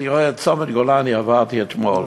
אני רואה את צומת גולני שעברתי בו אתמול,